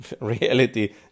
reality